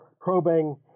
probing